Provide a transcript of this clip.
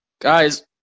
Guys